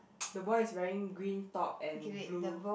the boy is wearing green top and blue